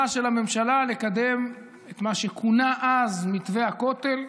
של הממשלה לקדם את מה שכונה אז "מתווה הכותל",